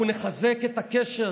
אנחנו נחזק את הקשר